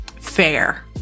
Fair